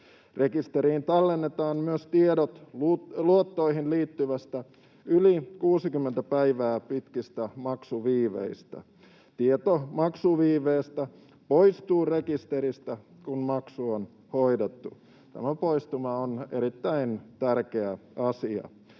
Rekisteriin tallennetaan myös tiedot luottoihin liittyvistä yli 60 päivää pitkistä maksuviiveistä. Tieto maksuviiveestä poistuu rekisteristä, kun maksu on hoidettu. Tämä poistuma on erittäin tärkeä asia.